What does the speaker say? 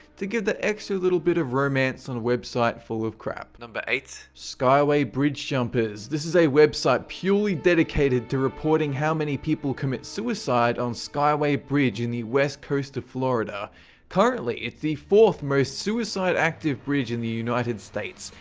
to give that extra little bit of romance on a website full of crap and eight but eight skyway bridge jumpers, this is a website purely dedicated to reporting how many people commit suicide on skyway bridge in the west coast of florida currently it's the fourth most suicide-active bridge in the united states,